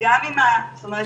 אוכלת